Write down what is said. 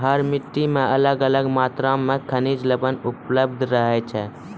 हर मिट्टी मॅ अलग अलग मात्रा मॅ खनिज लवण उपलब्ध रहै छै